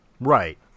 Right